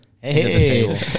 Hey